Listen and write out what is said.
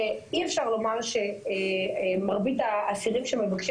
שאי אפשר לומר שמרבית האסירים שמבקשים